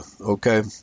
Okay